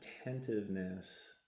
attentiveness